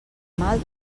mal